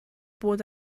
bod